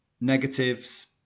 negatives